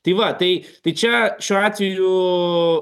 tai va tai tai čia šiuo atveju